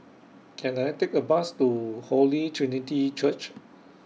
Can I Take A Bus to Holy Trinity Church